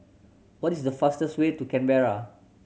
what is the fastest way to Canberra